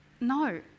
no